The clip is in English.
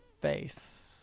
face